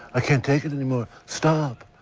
i can't take it anymore. stop.